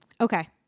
Okay